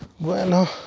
bueno